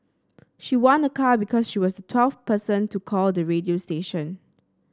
she won a car because she was twelfth person to call the radio station